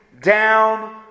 down